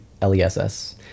l-e-s-s